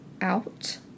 out